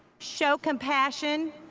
show compassion,